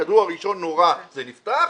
הכדור הראשון נורה זה נפתח,